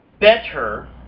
better